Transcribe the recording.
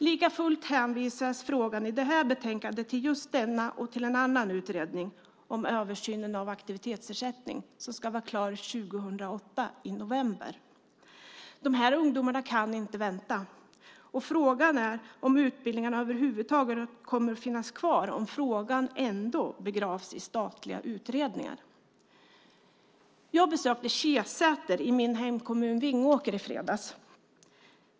Likafullt hänvisas frågan i detta betänkande till just denna utredning och till en annan om översynen av aktivitetsersättning, som ska vara klar i november 2008. Dessa ungdomar kan inte vänta, och frågan är om utbildningarna över huvud taget kommer att finnas kvar om frågan ändå begravs i statliga utredningar. Jag besökte Kjesäter i min hemkommun Vingåker i fredags.